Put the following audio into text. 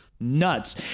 nuts